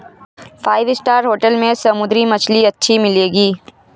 five star hotel में समुद्री मछली अच्छी मिलेंगी